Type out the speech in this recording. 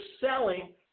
selling